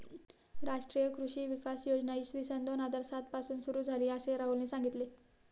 राष्ट्रीय कृषी विकास योजना इसवी सन दोन हजार सात पासून सुरू झाली, असे राहुलने सांगितले